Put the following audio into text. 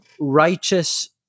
righteous